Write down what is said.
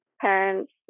parents